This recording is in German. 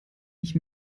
ich